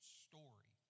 story